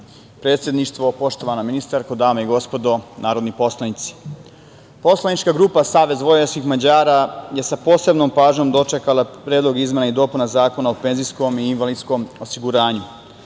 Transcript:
predsedništvo, poštovana ministarko, dame i gospodo narodni poslanici, poslanička grupa SVM je sa posebnom pažnjom dočekala Predlog izmena i dopuna Zakona o penzijskom i invalidskom osiguranju,